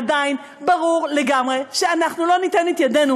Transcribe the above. עדיין ברור לגמרי שאנחנו לא ניתן את ידנו